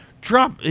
drop